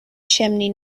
chimney